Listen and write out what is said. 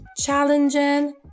challenging